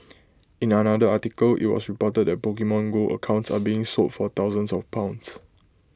in another article IT was reported that Pokemon go accounts are being sold for thousands of pounds